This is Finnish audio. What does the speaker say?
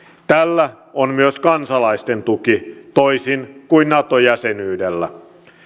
tällä on myös kansalaisten tuki toisin kuin nato jäsenyydellä